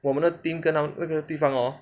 我们的 team 跟他那个对方 hor